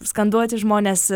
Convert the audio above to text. skanduoti žmones